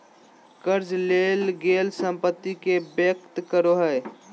कर्ज लेल गेल संपत्ति के व्यक्त करो हइ